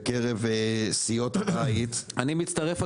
בקרב סיעות הבית -- אני מצטרף,